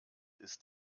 ist